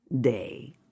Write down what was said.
day